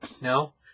no